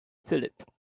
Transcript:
phillip